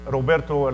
Roberto